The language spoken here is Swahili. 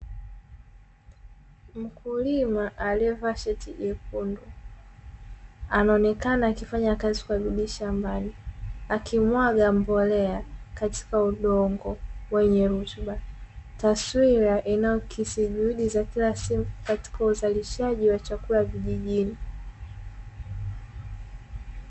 Mkulima aliyevaa shati jekundu anaonekana akifanya kazi kwa bidii shambani, akimwaga mbolea katika udongo wenye rutuba, taswira inayoakisi juhudi za kila siku katika uzalishaji wa chakula vijijini.